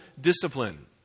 discipline